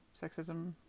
sexism